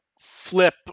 flip